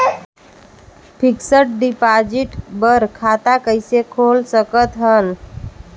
Fixed deposit बर खाता कइसे खोल सकत हन?